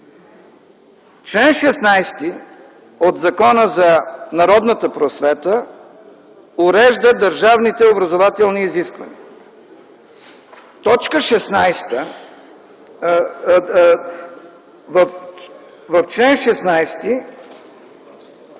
Член 16 от Закона за народната просвета урежда държавните образователни изисквания. В член 16,